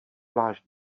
plášť